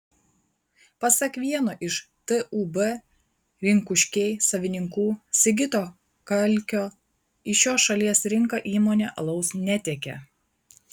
pasak vieno iš tūb rinkuškiai savininkų sigito kalkio į šios šalies rinką įmonė alaus netiekia